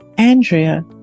Andrea